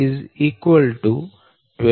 dca